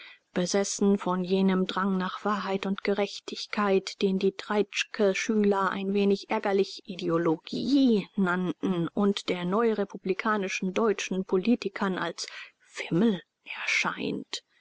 besessen von jenem drang nach wahrheit und gerechtigkeit den die treitschke-schüler ein wenig ärgerlich ideologie nannten und der neurepublikanischen deutschen politikern als fimmel erscheint